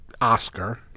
Oscar